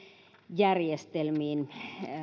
järjestelmiin